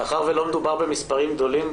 מאחר שלא מדובר במספרים גדולים,